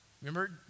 Remember